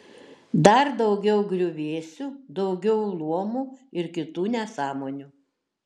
dar daugiau griuvėsių daugiau luomų ir kitų nesąmonių